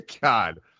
God